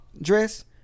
dress